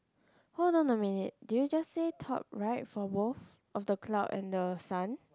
hold on a minute did you just say top right for both of the cloud and the sun